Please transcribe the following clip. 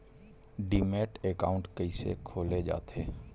Demat account कइसे खोले जाथे?